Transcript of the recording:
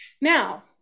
Now